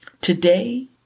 Today